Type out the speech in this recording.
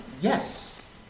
Yes